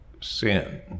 sin